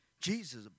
Jesus